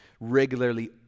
regularly